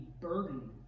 burden